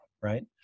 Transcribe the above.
right